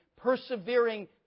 persevering